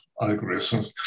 algorithms